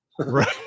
Right